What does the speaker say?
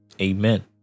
amen